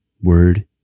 word